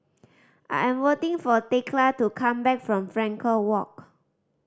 I am waiting for Thekla to come back from Frankel Walk